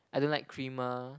I don't like creamer